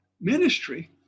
ministry